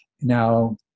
Now